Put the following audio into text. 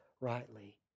rightly